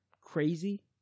crazy